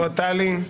עוד טלי.